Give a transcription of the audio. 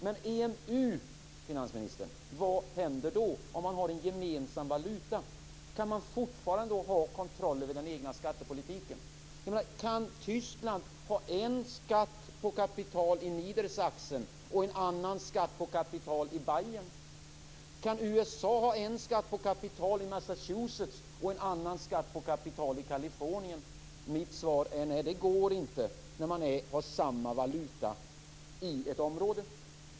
Men hur blir det med EMU, finansministern? Vad händer om man har en gemensam valuta? Kan man fortfarande ha kontroll över den egna skattepolitiken? Kan Tyskland ha en skatt på kapital i Niedersachsen och en annan skatt på kapital i Bayern? Kan USA ha en skatt på kapital i Massachusetts och en annan skatt på kapital i Kalifornien? Mitt svar är nej, det går inte när man har samma valuta i ett område.